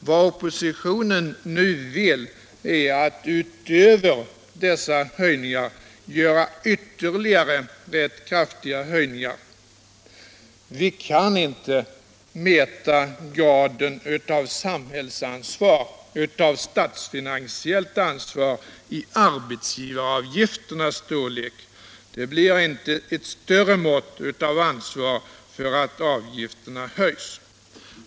Vad oppositionen nu vill är att utöver dessa höjningar göra ytterligare, rätt kraftiga höjningar. Vi kan inte mäta graden av samhällsansvar och statsfinansiellt ansvar i arbetsgivaravgifternas storlek; det blir inte ett större mått av ansvar för att avgifterna höjs.